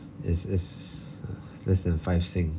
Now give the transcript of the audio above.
is is less than five sing